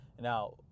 Now